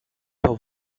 paar